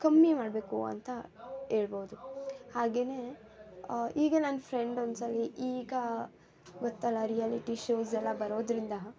ಕಮ್ಮಿ ಮಾಡಬೇಕು ಅಂತ ಹೇಳ್ಬೋದು ಹಾಗೆಯೇ ಈಗ ನನ್ನ ಫ್ರೆಂಡ್ ಒಂದ್ಸರಿ ಈಗ ಗೊತ್ತಲ್ಲ ರಿಯಾಲಿಟಿ ಶೋಸ್ ಎಲ್ಲ ಬರೋದರಿಂದ